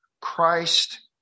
Christ